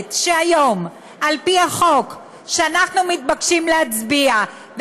אומרת שעל פי החוק שאנחנו מתבקשים להצביע עליו,